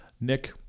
Nick